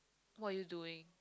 what are you doing